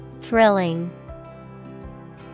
Thrilling